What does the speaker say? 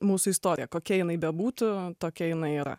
mūsų istorija kokia jinai bebūtų tokia jinai yra